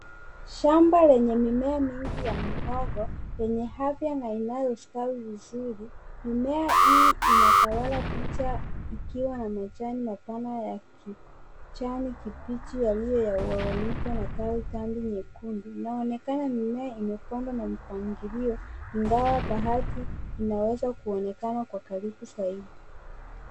Shamba lenye mimea mingi ya muhogo yenye afya na inayostawi vizuri. Mimea hii inatawala picha ikiwa na majani mapana ya kijani kibichi yaliogawanyika na rangi nyekundu. Inaonekana mimea imepandwa na mipangilio ingawa baadhi inaweza kupandwa kwa karibu.